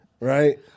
right